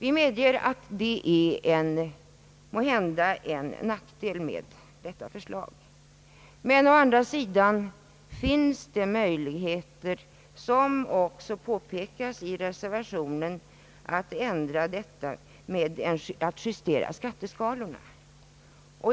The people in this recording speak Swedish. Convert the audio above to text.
Vi medger att det måhända är en nackdel med förslaget. Men å andra sidan finns det möjligheter, såsom också påpekas i reservationen, att minska denna nackdel genom att justera skatteskalorna.